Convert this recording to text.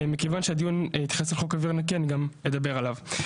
מכיוון שהדיון יתייחס גם לחוק אוויר נקי אני גם אדבר עליו.